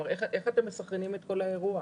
איך אתם מסנכרנים את כל האירוע?